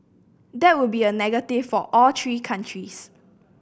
that would be a negative for all three countries